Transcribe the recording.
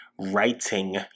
writing